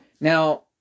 Now